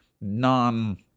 non